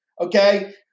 okay